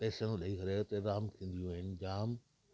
पेसो ॾई करे उते रांदियूं थींदियूं आहिनि जामु